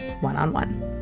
one-on-one